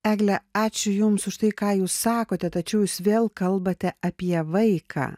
egle ačiū jums už tai ką jūs sakote tačiau jūs vėl kalbate apie vaiką